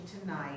tonight